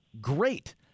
great